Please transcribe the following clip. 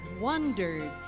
wondered